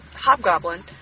Hobgoblin